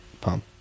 pump